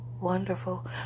Wonderful